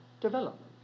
development